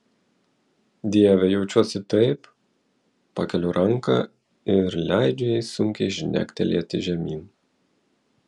dieve jaučiuosi taip pakeliu ranką ir leidžiu jai sunkiai žnegtelėti žemyn